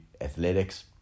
athletics